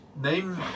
name